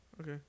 Okay